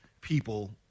people